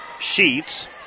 Sheets